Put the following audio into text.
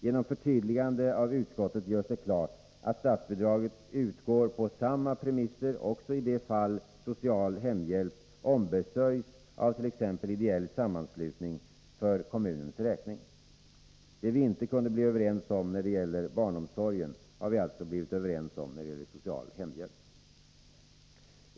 Genom förtydligande av utskottet görs det klart, att statsbidraget utgår på samma premisser också i de fall social hemhjälp ombesörjs av t.ex. ideell sammanslutning för kommunens räkning. Det vi inte kunde bli överens om när det gäller barnomsorgen har vi alltså blivit överens om när det gäller social hemhjälp.